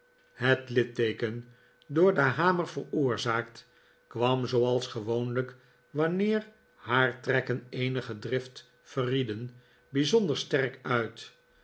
het litteeken door den hamer veroorzaakt kwam zooals gewoonlijk wanneer haar trekken eenige drift verrieden bijzonder sterk uit